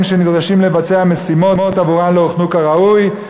שנדרשים לבצע משימות שעבורן לא הוכנו כראוי.